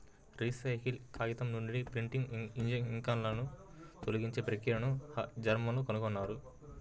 recycle కాగితం నుండి printing ఇంక్లను తొలగించే ప్రక్రియను కూడా జర్మన్లు కనుగొన్నారు